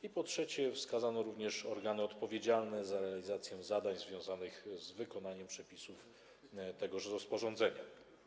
I po trzecie, wskazano również organy odpowiedzialne za realizację zadań związanych z wykonaniem przepisów tegoż rozporządzenia.